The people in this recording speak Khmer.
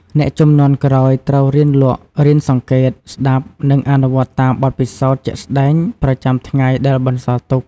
អ្នកជំនាន់ក្រោយត្រូវរៀនលក់ រៀនសង្កេត ស្តាប់ និងអនុវត្តតាមបទពិសោធន៍ជាក់ស្ដែងប្រចាំថ្ងៃដែលបន្សល់ទុក។